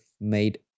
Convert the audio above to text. made